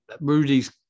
Rudy's